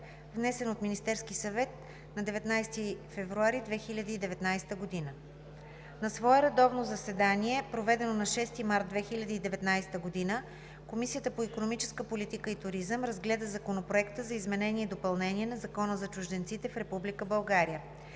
внесен от Министерския съвет на 19 февруари 2019 г. На свое редовно заседание, проведено на 6 март 2019 г., Комисията по икономическа политика и туризъм разгледа Законопроекта за изменение и допълнение на Закона за чужденците в Република България.